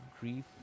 grief